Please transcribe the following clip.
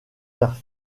vers